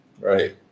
Right